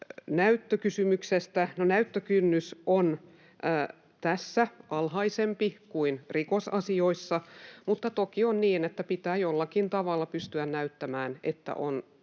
näyttökysymyksestä. No, näyttökynnys on tässä alhaisempi kuin rikosasioissa, mutta toki on niin, että pitää jollakin tavalla pystyä näyttämään, että on